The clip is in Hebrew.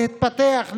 להתפתח,